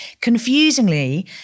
confusingly